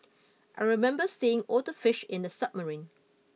I remember seeing all the fish in the submarine